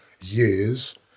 years